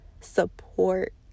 support